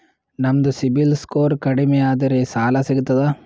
ನಮ್ದು ಸಿಬಿಲ್ ಸ್ಕೋರ್ ಕಡಿಮಿ ಅದರಿ ಸಾಲಾ ಸಿಗ್ತದ?